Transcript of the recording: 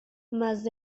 mas